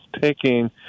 taking